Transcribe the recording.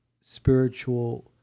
spiritual